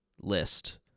list